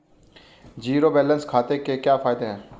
Zero balance खाते के क्या फायदे हैं?